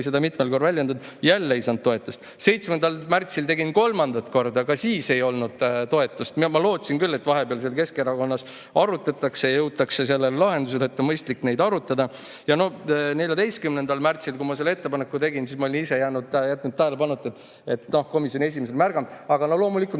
seda mitmel korral väljendanud – jälle ei saanud toetust. 7. märtsil tegin [ettepaneku] kolmandat korda, ka siis ei olnud toetust. Ma lootsin küll, et vahepeal Keskerakonnas arutatakse ja jõutakse lahendusele, et on mõistlik neid arutada. 14. märtsil, kui ma selle ettepaneku tegin, siis ma olin ise jätnud tähelepanuta, et komisjoni esimees oli märganud, aga loomulikult